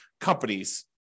companies